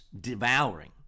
devouring